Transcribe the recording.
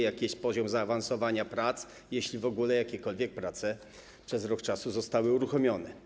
Jaki jest poziom zaawansowania prac, jeśli w ogóle jakiekolwiek prace przez rok zostały uruchomione?